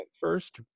first